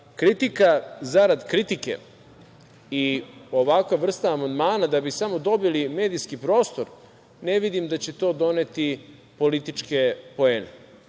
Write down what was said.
kritika zarad kritike i ovakva vrsta amandmana da bi samo dobili medijski prostor, ne vidim da će to doneti političke poene.